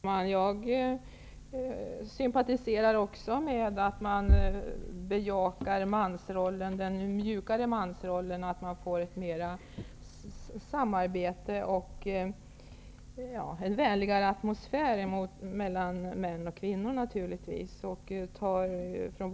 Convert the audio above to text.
Herr talman! Jag sympatiserar också med att man bejakar den mjukare mansrollen, får ett bättre samarbete och en vänligare atmosfär mellan kvinnor och män.